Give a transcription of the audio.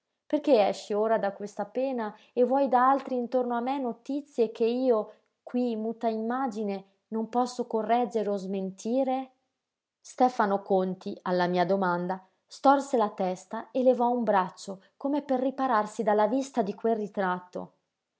perché esci ora da questa pena e vuoi da altri intorno a me notizie che io qui muta immagine non posso correggere o smentire stefano conti alla mia domanda storse la testa e levò un braccio come per ripararsi dalla vista di quel ritratto